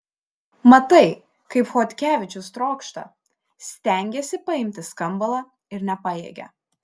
matai kaip chodkevičius trokšta stengiasi paimti skambalą ir nepajėgia